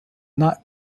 not